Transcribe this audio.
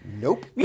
Nope